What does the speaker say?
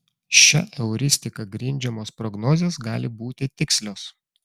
šia euristika grindžiamos prognozės gali būti tikslios